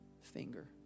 finger